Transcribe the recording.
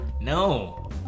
No